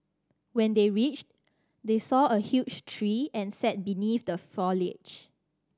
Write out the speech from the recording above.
when they reached they saw a huge tree and sat beneath the foliage